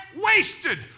wasted